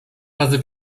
razy